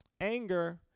anger